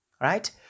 right